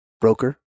broker